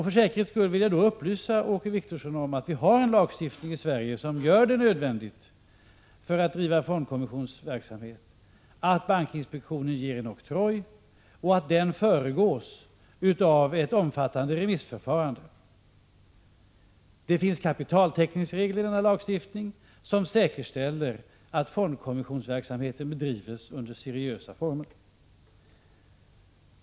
För säkerhets skull vill jag därför upplysa Åke Wictorsson om att vi har en sådan lagstiftning i Sverige som gör det nödvändigt för rätten 17 att driva fondkommissionsverksamhet att bankinspektionen ger en oktroj och att denna föregås av ett omfattande remissförfarande. Det finns kapitaltäckningsregler i denna lagstiftning, som säkerställer att fondkommissionsverksamheten bedrivs under seriösa former.